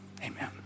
amen